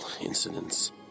incidents